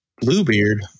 Bluebeard